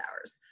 hours